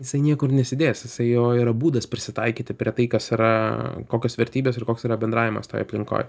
jisai niekur nesidės jisai jo yra būdas prisitaikyti prie tai kas yra kokios vertybės ir koks yra bendravimas toj aplinkoj